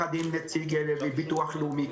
ביחד עם נציג הביטוח הלאומי,